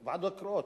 ועדות קרואות.